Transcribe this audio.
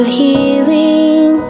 healing